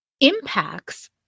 impacts